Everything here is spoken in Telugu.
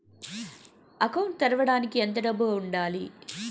అకౌంట్ తెరవడానికి ఎంత డబ్బు ఉండాలి?